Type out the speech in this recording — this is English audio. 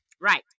Right